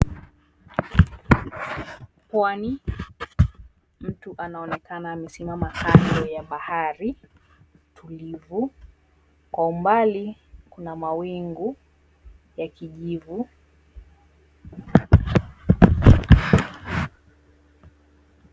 Pwani mtu anaonekana kusimama kando ya bahari tulivu kwa mbali kuna mawingu ya kijivu .